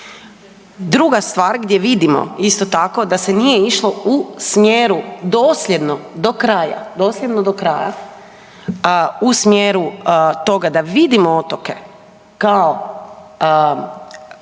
Druga stvar gdje vidimo isto tako da se nije išlo u smjeru dosljedno do kraja, dosljedno do kraja, u smjeru toga da vidimo otoke kao